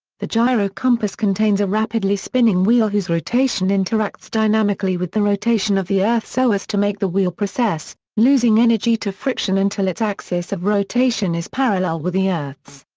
the gyro compass contains a rapidly spinning wheel whose rotation interacts dynamically with the rotation of the earth so as to make the wheel precess, losing energy to friction until its axis of rotation is parallel with the earth's.